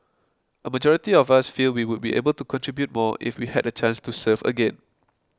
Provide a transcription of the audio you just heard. a majority of us feel we would be able to contribute more if we had a chance to serve again